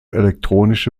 elektronische